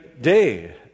day